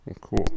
Cool